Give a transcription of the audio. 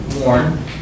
worn